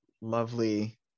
lovely